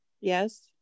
Yes